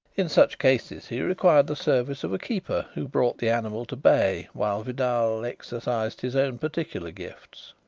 in such cases he required the services of a keeper, who brought the animal to bay while vidal exercised his own particular gifts.